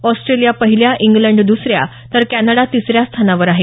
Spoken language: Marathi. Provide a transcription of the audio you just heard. ऑस्ट्रेलिया पहिल्या इंग्लंड दुसऱ्या तर कॅनडा तिसऱ्या स्थानावर आहे